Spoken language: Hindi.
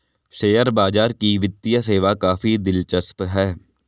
शेयर बाजार की वित्तीय सेवा काफी दिलचस्प है